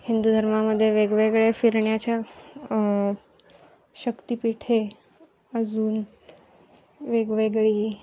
हिंदू धर्मामध्ये वेगवेगळे फिरण्याच्या शक्तिपीठे अजून वेगवेगळी